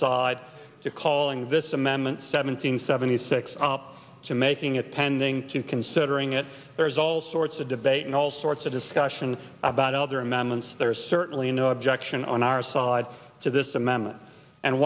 side to calling this amendment seven hundred seventy six up to making attending to considering it there's all sorts of debate and all sorts of discussions about other amendments there's certainly no objection on our side to this amendment and